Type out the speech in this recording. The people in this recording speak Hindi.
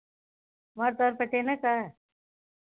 हमार तोहार पटे ना का